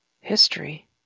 history